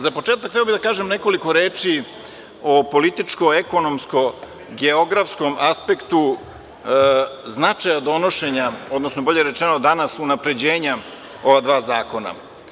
Za početak, hteo bih da kažem nekoliko reči o političko-ekonomsko-geografskom aspektu značaja donošenja, odnosno, bolje rečeno, danas unapređenja ova dva zakona.